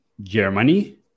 Germany